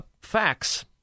Facts